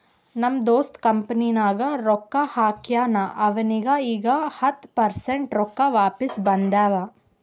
ನಮ್ ದೋಸ್ತ್ ಕಂಪನಿನಾಗ್ ರೊಕ್ಕಾ ಹಾಕ್ಯಾನ್ ಅವ್ನಿಗ ಈಗ್ ಹತ್ತ ಪರ್ಸೆಂಟ್ ರೊಕ್ಕಾ ವಾಪಿಸ್ ಬಂದಾವ್